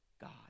God